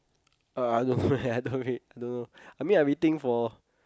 uh I don't know eh I really don't know I mean I'm waiting for